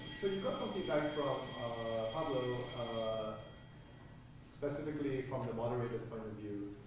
so you got some feedback from pablo specifically from the moderator point of view.